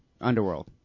Underworld